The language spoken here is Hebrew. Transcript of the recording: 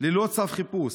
ללא צו חיפוש,